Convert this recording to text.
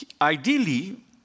Ideally